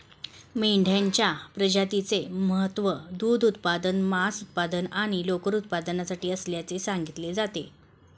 मेंढ्यांच्या प्रजातीचे महत्त्व दूध उत्पादन, मांस उत्पादन आणि लोकर उत्पादनासाठी असल्याचे सांगितले जाते